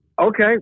Okay